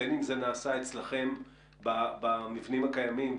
בין אם זה נעשה אצלכם במבנים הקיימים,